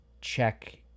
check